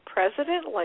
President